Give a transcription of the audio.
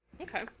Okay